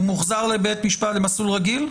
הוא מוחזר למסלול רגיל?